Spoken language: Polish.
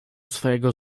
swego